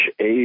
age